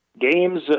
Games